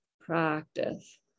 practice